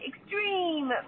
extreme